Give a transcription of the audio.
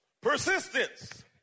Persistence